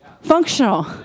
functional